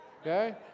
Okay